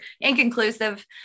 Inconclusive